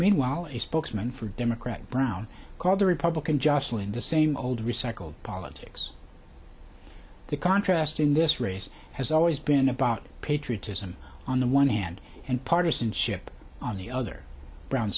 meanwhile a spokesman for democrat brown called the republican jostling the same old recycled politics the contrast in this race has always been about patriotism on the one hand and partisanship on the other bro